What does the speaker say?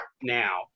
now